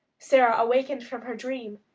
sara awakened from her dream,